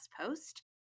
post